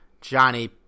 Johnny